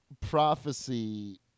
prophecy